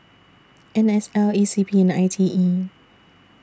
N S L E C P and I T E